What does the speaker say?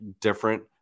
different